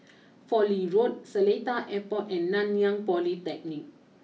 Fowlie Road Seletar Airport and Nanyang Polytechnic